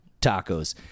tacos